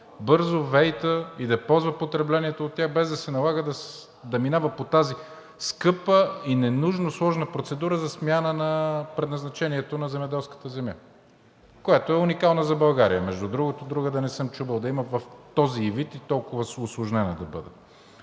бързо ВЕИ-та и да ползва потреблението от тях, без да се налага да минава по тази скъпа и ненужно сложна процедура за смяна на предназначението на земеделската земя, което е уникално за България, между другото. Другаде не съм чувал да има в този ѝ вид и толкова усложнена да бъде.